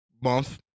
month